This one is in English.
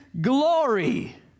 glory